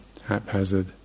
haphazard